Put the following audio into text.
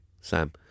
Sam